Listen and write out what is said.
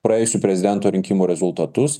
praėjusių prezidento rinkimų rezultatus